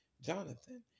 Jonathan